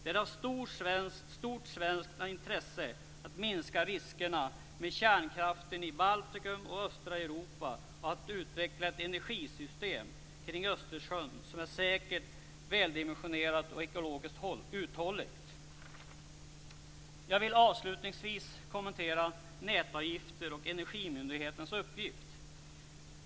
Det är av stort svenskt intresse att minska riskerna med kärnkraften i Baltikum och östra Europa och att utveckla ett energisystem kring Östersjön som är säkert, väldimensionerat och ekologiskt uthålligt. Jag vill avslutningsvis kommentera nätavgifter och Energimyndighetens uppgift.